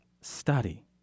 study